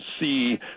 see